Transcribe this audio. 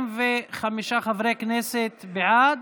45 חברי כנסת בעד,